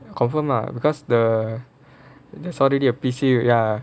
confirm lah because the there's already a P_C ya